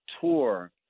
tour